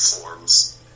forms